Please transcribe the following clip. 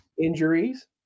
injuries